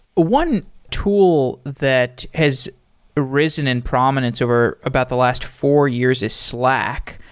one tool that has risen in prominence over about the last four years is slack.